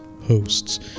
hosts